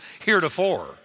heretofore